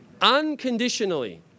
Unconditionally